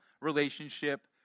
relationship